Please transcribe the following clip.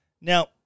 Now